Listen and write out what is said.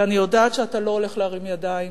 ואני יודעת שאתה לא הולך להרים ידיים,